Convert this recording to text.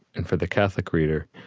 and for the catholic reader,